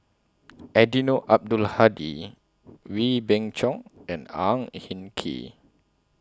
Eddino Abdul Hadi Wee Beng Chong and Ang Hin Kee